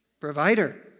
provider